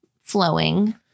flowing